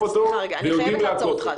רגע, אני חייבת לעצור אותך.